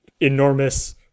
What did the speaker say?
enormous